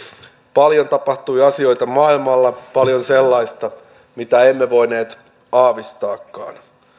paljon tapahtui asioita maailmalla paljon sellaista mitä emme voineet aavistakaan